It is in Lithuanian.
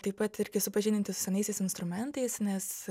taip pat irgi supažindinti su senaisiais instrumentais nes